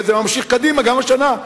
וזה ממשיך קדימה גם השנה.